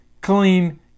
clean